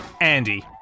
Andy